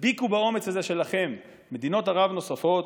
תדביקו באומץ הזה שלכם מדינות ערב נוספות,